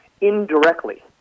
indirectly